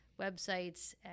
websites